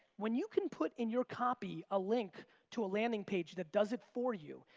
when you can put in your copy a link to a landing page that does it for you,